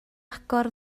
agor